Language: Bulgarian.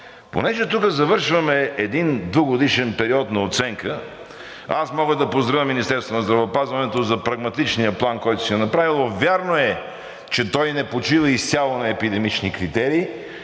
понеже тук завършваме един двугодишен период на оценка, аз мога да поздравя Министерството на здравеопазването за прагматичния план, който си е направило. Вярно е, че той не почива изцяло на епидемични критерии,